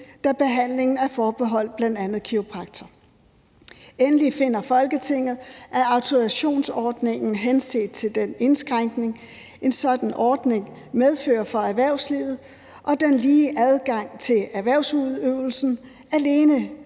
da behandlingen er forbeholdt bl.a. kiropraktorer. Endelig finder Folketinget, at autorisationsordninger, henset til den indskrænkning, en sådan ordning medfører for erhvervslivet og den lige adgang til erhvervsudøvelse, alene